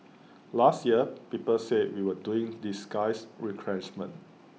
last year people said we were doing disguised retrenchment